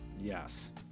Yes